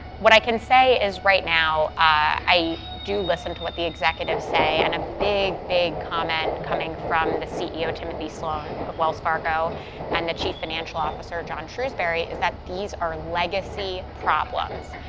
what i can say is, right now, i do listen to what the executives say. and a big, big comment coming from the ceo, timothy sloan, of wells fargo and the chief financial officer, john shrewsberry, is that these are legacy problems.